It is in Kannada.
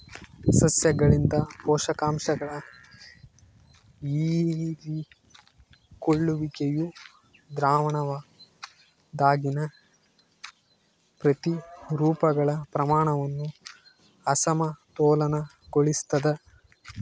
ಸಸ್ಯಗಳಿಂದ ಪೋಷಕಾಂಶಗಳ ಹೀರಿಕೊಳ್ಳುವಿಕೆಯು ದ್ರಾವಣದಾಗಿನ ಪ್ರತಿರೂಪಗಳ ಪ್ರಮಾಣವನ್ನು ಅಸಮತೋಲನಗೊಳಿಸ್ತದ